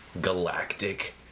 galactic